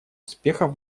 успехов